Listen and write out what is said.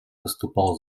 выступал